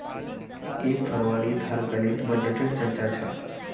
एक फरवरीत हर गलीत बजटे र चर्चा छ